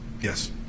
Yes